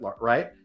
right